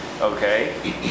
okay